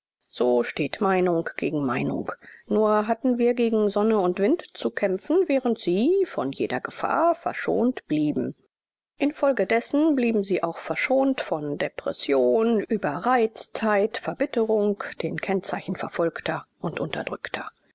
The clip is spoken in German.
so steht meinung gegen meinung nur hatten wir gegen sonne und wind zu kämpfen während sie von jeder gefahr verschont blieben infolgedessen blieben sie auch verschont von depression überreiztheit verbitterung den kennzeichen verfolgter und unterdrückter